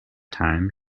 time